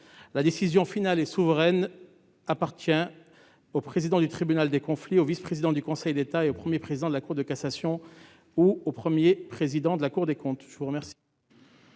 La décision finale et souveraine appartient au président du tribunal des conflits, au vice-président du Conseil d'État, au Premier président de la Cour de cassation ou au Premier président de la Cour des comptes. Quel